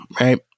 right